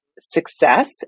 success